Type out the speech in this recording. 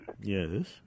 Yes